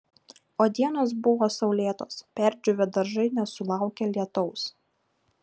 o dienos buvo saulėtos perdžiūvę daržai nesulaukė lietaus